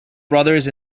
brothers